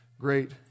great